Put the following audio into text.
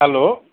hello